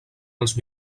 els